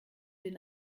den